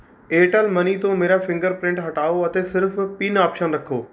Airtel money ਤੋਂ ਮੇਰਾ finger print ਹਟਾਓ ਅਤੇ ਸਿਰਫ਼ ਪਿੰਨ ਆਪਸ਼ਨ ਰੱਖੋ